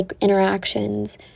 interactions